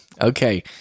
Okay